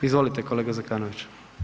Izvolite kolega Zekanović.